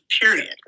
period